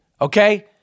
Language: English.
okay